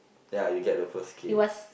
yeah you get the first kill